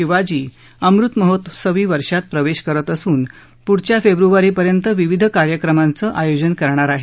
शिवाजी अमृतमहोत्सवी वर्षात प्रवेश करत असून पुढच्या फेब्रुवारीपर्यंत विविध कार्यक्रमांचं आयोजन करणार आहे